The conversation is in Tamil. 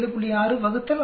6 6